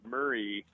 Murray